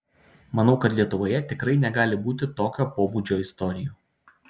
manau kad lietuvoje tikrai negali būti tokio pobūdžio istorijų